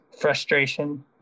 Frustration